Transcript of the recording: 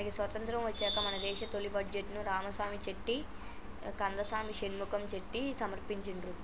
మనకి స్వతంత్రం వచ్చాక మన దేశ తొలి బడ్జెట్ను రామసామి చెట్టి కందసామి షణ్ముఖం చెట్టి సమర్పించిండ్రు